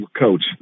Coach